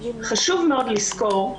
חשוב מאוד לזכור,